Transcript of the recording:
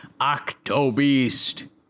Octobeast